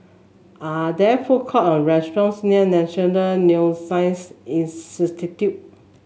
are there food courts or restaurants near National Neuroscience Institute